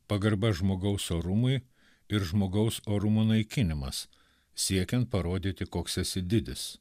pagarba žmogaus orumui ir žmogaus orumo naikinimas siekiant parodyti koks esi didis